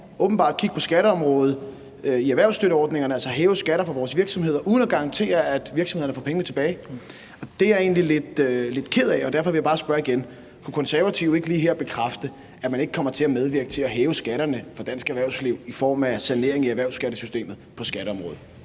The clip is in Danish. åbenbart at kigge på skatteområdet i erhvervsstøtteordningerne, altså at hæve skatter for vores virksomheder uden at garantere, at virksomhederne får pengene tilbage. Det er jeg egentlig lidt ked af, og derfor vil jeg bare spørge igen: Kunne Konservative ikke lige her bekræfte, at man ikke kommer til at medvirke til at hæve skatterne for dansk erhvervsliv i form af sanering i erhvervsstøtteordningerne på skatteområdet?